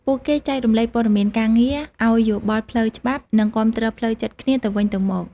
ពួកគេចែករំលែកព័ត៌មានការងារ ឲ្យយោបល់ផ្លូវច្បាប់ និងគាំទ្រផ្លូវចិត្តគ្នាទៅវិញទៅមក។